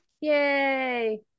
yay